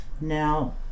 Now